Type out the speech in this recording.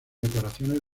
decoraciones